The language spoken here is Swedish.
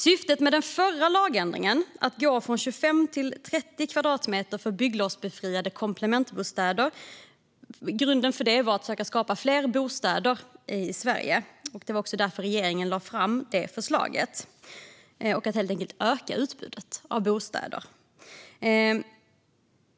Syftet med den förra lagändringen, att gå från 25 till 30 kvadratmeter för bygglovsbefriade komplementbostäder, var att söka skapa fler bostäder i Sverige. Det var också därför regeringen lade fram det förslaget. Det var helt enkelt fråga om att öka utbudet av bostäder.